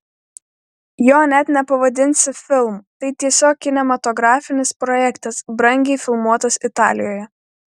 jo net nepavadinsi filmu tai tiesiog kinematografinis projektas brangiai filmuotas italijoje